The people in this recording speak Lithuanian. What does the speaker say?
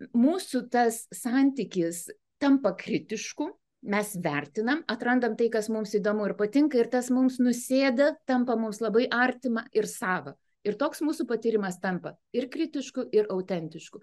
mūsų tas santykis tampa kritišku mes vertiname atrandame tai kas mums įdomu ir patinka ir tas mums nusėda tampa mums labai artima ir sava ir toks mūsų patyrimas tampa ir kritišku ir autentišku